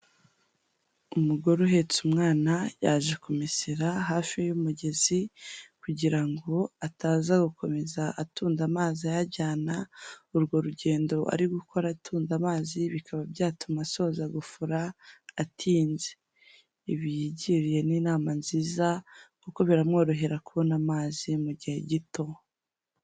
Umugore uhetse umwana yaje kumese hafi y'umugezi kugira ataza gukomeza atunda amazi ayajyana, urwo rugendo ari gukora atunda amazi bikaba byatuma asoza gufura atinze. Ibiyigiriye n'inama nziza kuko biramworohera kubona amazi mu gihe gito.